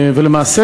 למעשה,